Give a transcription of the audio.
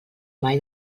mai